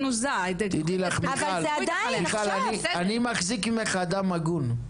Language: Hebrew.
תדעי לך מיכל, אני מחזיק ממך אדם הגון.